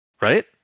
right